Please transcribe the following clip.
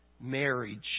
marriage